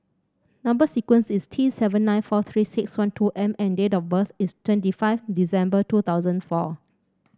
number sequence is T seven nine four Three six one two M and date of birth is twenty five December two thousand four